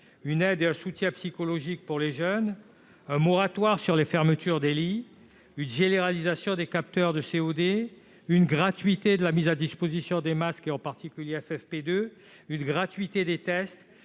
une aide et un soutien psychologique pour les jeunes, un moratoire sur les fermetures de lits, une généralisation des capteurs de CO2, une gratuité de la mise à disposition des masques, en particulier FFP2, une gratuité des tests,